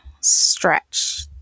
stretch